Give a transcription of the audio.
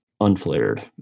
unflared